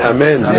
Amen